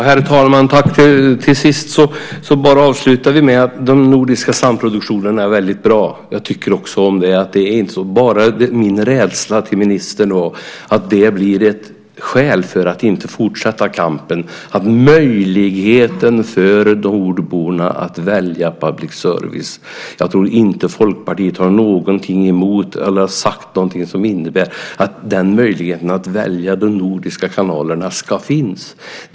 Herr talman! Jag vill avslutningsvis bara säga att de nordiska samproduktionerna är väldigt bra. Jag tycker också om dem. Det jag är rädd för är att det blir ett skäl till att inte fortsätta kampen för att göra det möjligt för nordborna att välja public service . Jag tror inte att Folkpartiet har någonting emot det, eller har sagt någonting som innebär att inte möjligheten att välja de nordiska kanalerna ska finnas.